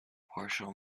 partial